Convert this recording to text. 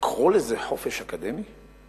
לקרוא לזה חופש אקדמי?